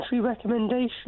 recommendation